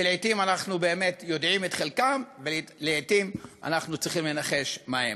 שלעתים אנחנו באמת יודעים את חלקם ולעתים אנחנו צריכים לנחש מה הם.